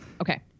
okay